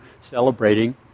celebrating